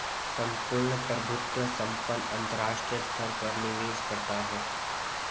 सम्पूर्ण प्रभुत्व संपन्न अंतरराष्ट्रीय स्तर पर निवेश करता है